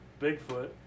Bigfoot